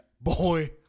Boy